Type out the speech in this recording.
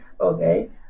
Okay